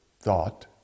thought